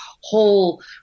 whole